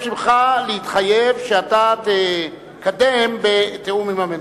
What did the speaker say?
ממך להתחייב שאתה תתקדם בתיאום עם הממשלה.